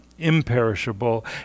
imperishable